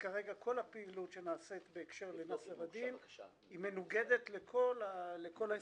וכרגע כל הפעילות שנעשית בהקשר לנאסר א-דין היא מנוגדת לכל ההסכמים.